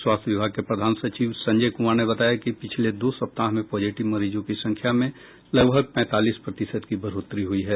स्वास्थ्य विभाग के प्रधान सचिव संजय कुमार ने बताया कि पिछले दो सप्ताह में पॉजिटिव मरीजों की संख्या में लगभग पैंतालीस प्रतिशत की बढ़ोतरी हुई है